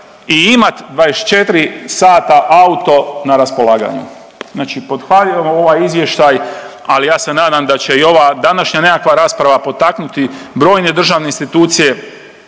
i imat 24 sata auto na raspolaganju. Znači pohvaljujemo ovaj izvještaj, ali ja se nadam da će i ova današnja nekakva rasprava potaknuti brojne državne institucije